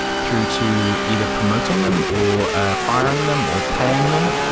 through to either promoting them or ah firing them or paying them.